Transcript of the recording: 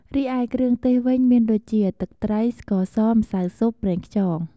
រីឯគ្រឿងទេសវិញមានដូចជា ទឹកត្រី ស្ករស ម្សៅស៊ុប ប្រេងខ្យង។